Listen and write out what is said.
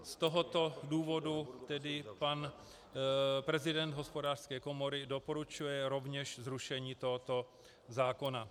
Z tohoto důvodu tedy pan prezident Hospodářské komory doporučuje rovněž zrušení tohoto zákona.